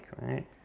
right